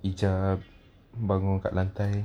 ija bangun kat lantai